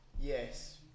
yes